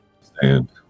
Stand